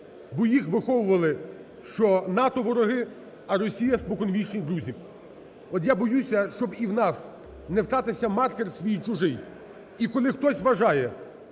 бо їх виховували, що НАТО – вороги, а Росія – споконвічні друзі. От я боюся, щоб і в нас не втратився маркер свій-чужий. І коли хтось вважає,